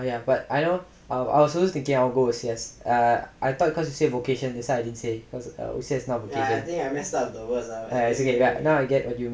sorry but ah I don't அவ:ava sollisthikkiya I go O_C_S I thought say vocation that's why I didn't say O_C_S not bad ah I get what you mean